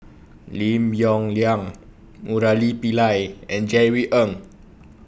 Lim Yong Liang Murali Pillai and Jerry Ng